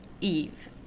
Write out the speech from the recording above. Eve